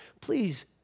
Please